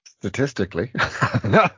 Statistically